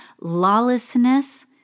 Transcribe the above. lawlessness